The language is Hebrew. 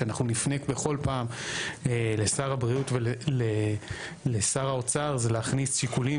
שאנחנו נפנה בכל פעם לשר הבריאות ולשר האוצר זה להכניס שיקולים